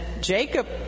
Jacob